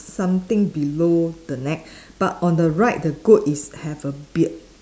something below the neck but on the right the goat is have a beard